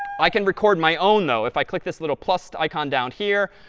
i can record my own, though, if i click this little plus icon down here.